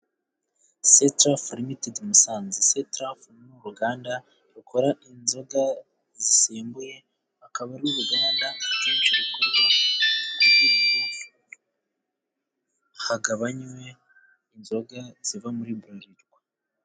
Cetraf ltd Musanze. Ctraf ni uruganda rukora inzoga zisembuye, akaba ari uruganda akenshi rukorwa kugira ngo hagabanywe inzoga ziva muri Bralirwa.